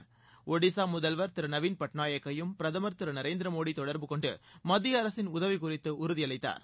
ஷடிசா முதல்வர் திரு நவீன் பட்நாக்கையும் பிரதுர் திரு நரேந்திரமோடி தொடர்பு கொண்டு மத்திய அரசின் உதவி குறித்து உறுதி அளித்தார்